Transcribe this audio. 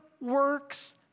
works